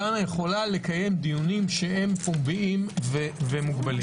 דנה יכולה לקים דיונים פומביים ומוגבלים.